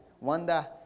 Wanda